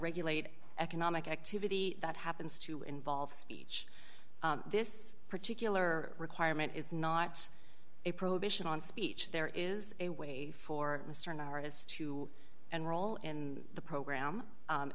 regulate economic activity that happens to involve speech this particular requirement is not a prohibition on speech there is a way for mr norris to enroll in the program